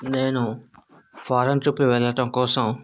నేను foreign trip వెళ్ళటం కోసం